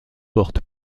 porte